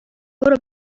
برو